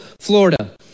Florida